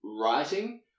writing